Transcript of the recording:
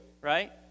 right